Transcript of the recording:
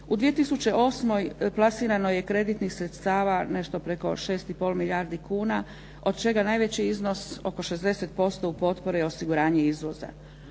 U 2008. plasirano je kreditnih sredstava nešto preko 6,5 milijardi kuna od čega najveći iznos oko 60% u potpori je osiguranje izvoza.